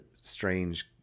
strange